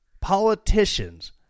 Politicians